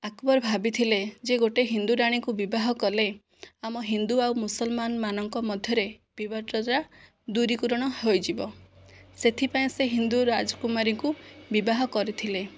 ଆକବର ଭାବିଥିଲେ ଯେ ଗୋଟେ ହିନ୍ଦୁ ରାଣୀଙ୍କୁ ବିବାହ କଲେ ଆମ ହିନ୍ଦୁ ଆଉ ମୁସଲମାନମାନଙ୍କ ମଧ୍ୟରେ ବିବାଦଟା ଦୂରୀକରଣ ହୋଇଯିବ ସେଥିପାଇଁ ସେ ହିନ୍ଦୁ ରାଜକୁମାରୀଙ୍କୁ ବିବାହ କରିଥିଲେ